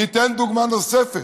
אני אתן דוגמה נוספת: